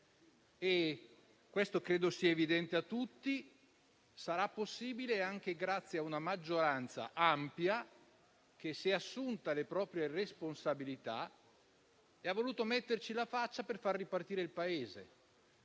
Credo sia evidente a tutti che ciò sarà possibile anche grazie all'ampia maggioranza che si è assunta le proprie responsabilità e ha voluto metterci la faccia per far ripartire il Paese.